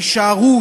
יישארו,